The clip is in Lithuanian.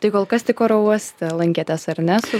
tai kol kas tik oro uoste lankėtės ar ne